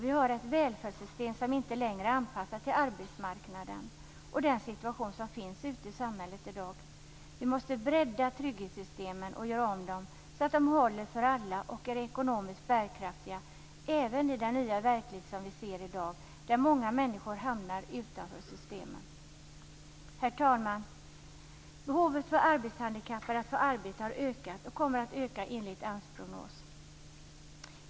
Vi har ett välfärdssystem som inte längre är anpassat till arbetsmarknaden och den situation som finns ute i samhället i dag. Vi måste bredda trygghetssystemen och göra om dem så att de håller för alla och är ekonomiskt bärkraftiga, även i den nya verklighet som vi ser i dag, där många människor hamnar utanför systemen. Herr talman! Behovet för arbetshandikappade att få arbete har ökat och kommer att öka enligt AMS prognos.